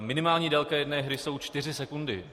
Minimální délka jedné hry jsou čtyři sekundy.